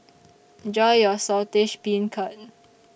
Enjoy your Saltish Beancurd